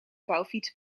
vouwfiets